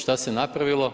Što se napravilo?